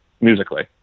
musically